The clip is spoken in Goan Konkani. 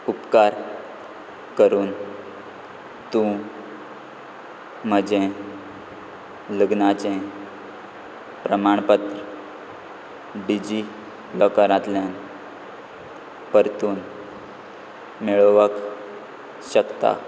उपकार करून तूं म्हजें लग्नाचें प्रमाणपत्र डिजी लॉकरांतल्यान परतून मेळोवंक शकता